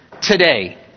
today